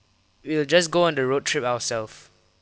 we'll just go on the road trip ourselves